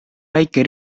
väike